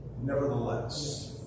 Nevertheless